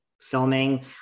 filming